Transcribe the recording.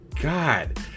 God